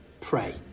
pray